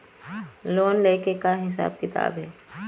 Loan ले के का हिसाब किताब हे?